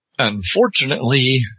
Unfortunately